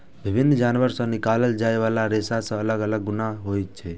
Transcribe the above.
विभिन्न जानवर सं निकालल जाइ बला रेशा मे अलग अलग गुण होइ छै